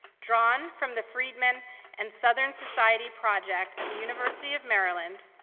drawn from the freedmen and southern society project at the university of maryland.